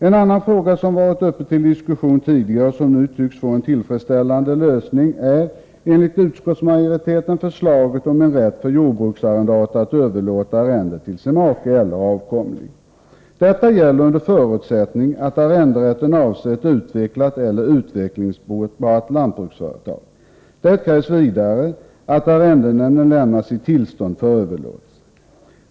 En annan fråga som varit uppe till diskussion tidigare tycks nu, enligt utskottsmajoriteten, få en tillfredsställande lösning genom förslaget om en rätt för jordbruksarrendator att överlåta arrendet till sin make eller avkomling. Denna överlåtelserätt gäller under förutsättning att arrenderätten avser ett utvecklat eller utvecklingsbart lantbruksföretag. Det krävs vidare att arrendenämnden lämnar sitt tillstånd för överlåtelsen.